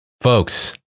folks